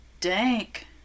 dank